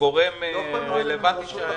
גורם רלוונטי כלשהו?